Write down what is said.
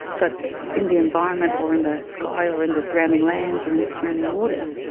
but in the environment or in the sky or in the surrounding lands or in the surrounding waters,